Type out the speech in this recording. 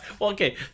okay